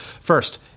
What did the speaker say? first